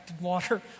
water